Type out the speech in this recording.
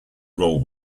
roll